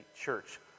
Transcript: church